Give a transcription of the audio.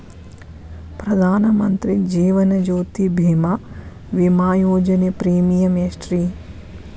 ಪ್ರಧಾನ ಮಂತ್ರಿ ಜೇವನ ಜ್ಯೋತಿ ಭೇಮಾ, ವಿಮಾ ಯೋಜನೆ ಪ್ರೇಮಿಯಂ ಎಷ್ಟ್ರಿ?